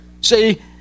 See